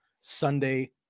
Sunday